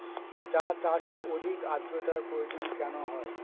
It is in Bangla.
চা চাষে অধিক আদ্রর্তার প্রয়োজন কেন হয়?